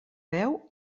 veu